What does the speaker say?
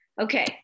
Okay